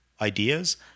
ideas